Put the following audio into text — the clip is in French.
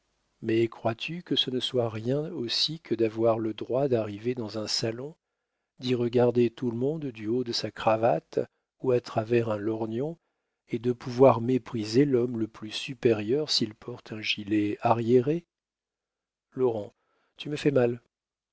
mais crois-tu que ce ne soit rien aussi que d'avoir le droit d'arriver dans un salon d'y regarder tout le monde du haut de sa cravate ou à travers un lorgnon et de pouvoir mépriser l'homme le plus supérieur s'il porte un gilet arriéré laurent tu me fais mal